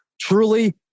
truly